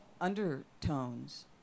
Undertones